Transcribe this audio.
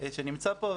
שנמצא פה.